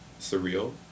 surreal